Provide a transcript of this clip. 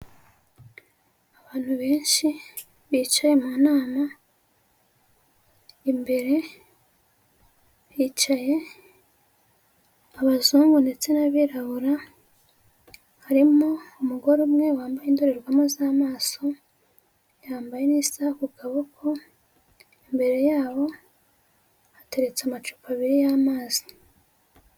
Abantu benshi bicaye mu nama imbere hicaye abazungu ndetse n'abirabura, harimo umugore umwe wambaye indorerwamo z'amaso, yambaye n'isaha ku kaboko, imbere yabo, hateretse amacupa abiri y'amazi.